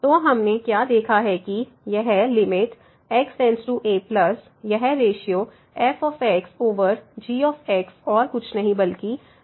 तो हमने क्या देखा है कि यह x→a यह रेश्यो fg और कुछ नहीं बल्कि fg है